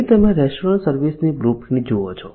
અહીં તમે રેસ્ટોરન્ટ સર્વિસની બ્લુ પ્રિન્ટ જુઓ છો